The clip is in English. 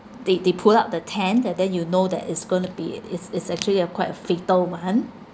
they they pull out the tent and then you know that it's going to be it's it's actually a quite a fatal one